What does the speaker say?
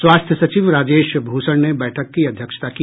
स्वास्थ्य सचिव राजेश भूषण ने बैठक की अध्यक्षता की